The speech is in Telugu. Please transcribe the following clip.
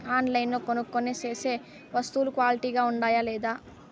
ఆన్లైన్లో కొనుక్కొనే సేసే వస్తువులు క్వాలిటీ గా ఉండాయా లేదా?